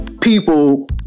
people